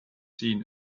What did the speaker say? seen